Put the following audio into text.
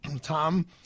Tom